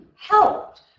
helped